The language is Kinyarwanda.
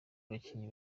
abakinnyi